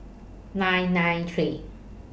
nine nine three